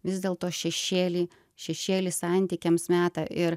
vis dėl to šešėlį šešėlį santykiams meta ir